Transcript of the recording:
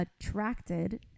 attracted